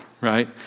right